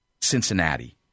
Cincinnati